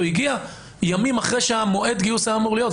הגיע ימים אחרי שמועד הגיוס היה אמור להיות,